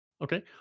Okay